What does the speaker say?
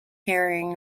carrying